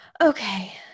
Okay